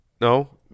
No